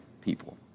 people